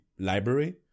Library